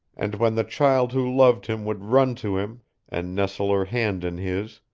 and when the child who loved him would run to him and nestle her hand in his,